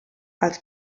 als